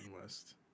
West